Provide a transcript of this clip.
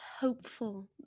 hopeful